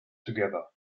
together